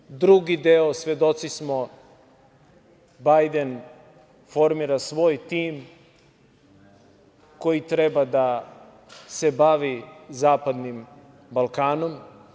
Što se tiče drugog dela, svedoci smo, Bajden formira svoj tim koji treba da se bavi Zapadnim Balkanom.